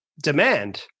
demand